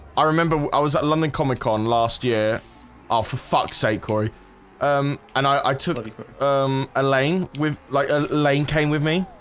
i remember i was at london comic con last year or for fuck's sake cory um and i took um elaine with like a lane came with me